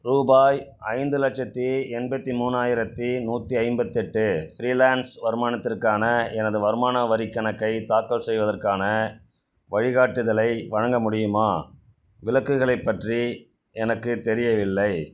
ரூபாய் ஐந்து லட்சத்தி எண்பத்தி மூணாயிரத்தி நூற்றி ஐம்பத்தெட்டு ஃப்ரீலான்ஸ் வருமானத்திற்கான எனது வருமான வரிக் கணக்கை தாக்கல் செய்வதற்கான வழிகாட்டுதலை வழங்க முடியுமா விலக்குகளைப் பற்றி எனக்குத் தெரியவில்லை